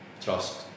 trust